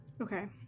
Okay